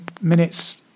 minutes